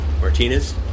Martinez